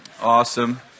awesome